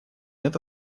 это